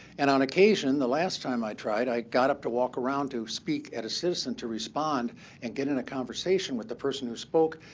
and on occasion, the last time i tried, i got up to walk around to speak at a citizen to respond and get in a conversation with the person who spoke,